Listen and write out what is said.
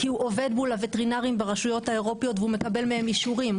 כי הוא עובד מול הווטרינרים ברשויות האירופיות והוא מקבל מהם אישורים.